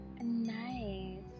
Nice